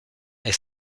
est